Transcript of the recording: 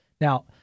Now